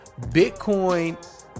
Bitcoin